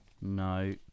No